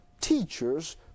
teachers